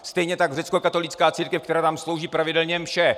Stejně tak řeckokatolická církev, která nám slouží pravidelně mše.